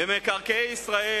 במקרקעי ישראל,